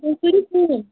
تُہۍ کٔرِو کٲم